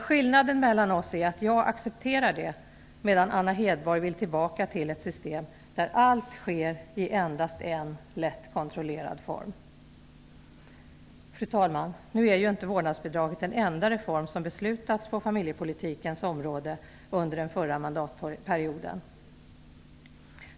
Skillnaden mellan oss är att jag accepterar det, medan Anna Hedborg vill gå tillbaka till ett system där allt sker i endast en, lätt kontrollerad form. Fru talman! Nu är ju inte vårdnadsbidraget den enda reform som beslutats på familjepolitikens område under den förra mandatperioden.